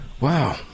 wow